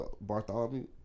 Bartholomew